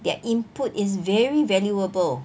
their input is very valuable